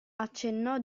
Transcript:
accennò